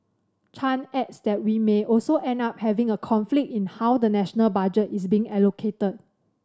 Chan adds that we may also end up having a conflict in how the national budget is being allocated